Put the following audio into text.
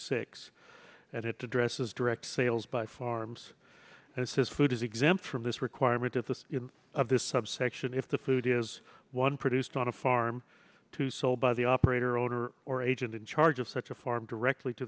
six and it to dress is direct sales by farms and says food is exempt from this requirement of this of this subsection if the food is one produced on a farm two sold by the operator owner or agent in charge of such a farm